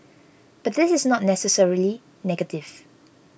but this is not necessarily negative